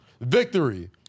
Victory